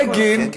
בגין,